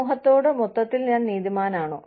സമൂഹത്തോട് മൊത്തത്തിൽ ഞാൻ നീതിമാനാണോ